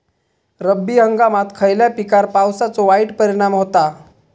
रब्बी हंगामात खयल्या पिकार पावसाचो वाईट परिणाम होता?